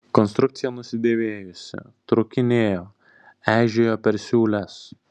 konstrukcija nusidėvėjusi trūkinėjo eižėjo per siūles